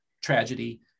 tragedy